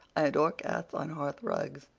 i adore cats on hearth rugs,